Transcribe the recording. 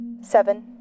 seven